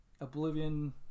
Oblivion